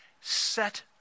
set